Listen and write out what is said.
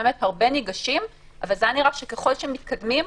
באמת הרבה ניגשים, אבל זה נראה שככל שמתקדמים,